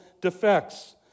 defects